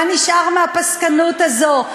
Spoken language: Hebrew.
מה נשאר מהפסקנות הזאת,